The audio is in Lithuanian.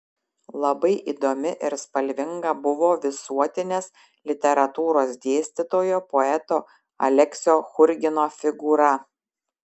labai įdomi ir spalvinga buvo visuotinės literatūros dėstytojo poeto aleksio churgino figūra